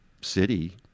city